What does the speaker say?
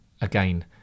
again